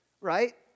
right